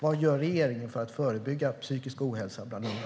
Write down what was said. Vad gör regeringen för att förebygga psykisk ohälsa bland unga?